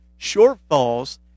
shortfalls